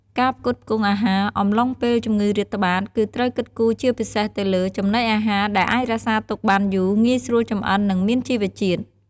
ការផ្គត់ផ្គង់អាហារអំឡុងពេលជំងឺរាតត្បាត គឺត្រូវគិតគូរជាពិសេសទៅលើ ចំណីអាហារដែលអាចរក្សាទុកបានយូរ ងាយស្រួលចម្អិន និងមានជីវជាតិ។